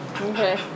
Okay